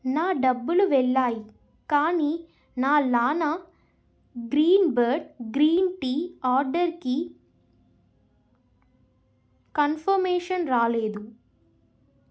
నా డబ్బులు వెళ్ళాయి కానీ నా లానా గ్రీన్ బర్డ్ గ్రీన్ టీ ఆర్డర్కి కన్ఫర్మేషన్ రాలేదు